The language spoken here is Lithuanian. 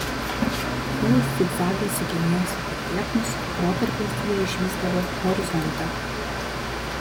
kol zigzagais sukinėjosi per lieknus protarpiais jie išvysdavo horizontą